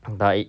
but it